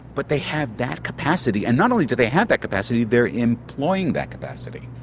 but they have that capacity. and not only do they have that capacity they are employing that capacity.